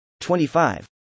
25